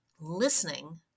listening